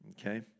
okay